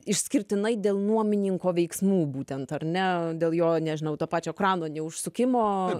išskirtinai dėl nuomininko veiksmų būtent ar ne dėl jo nežinau to pačio krano neužsukimo